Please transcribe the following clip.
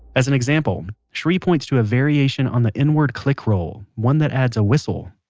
as an example shri points to a variation on the inward click roll, one that adds a whistle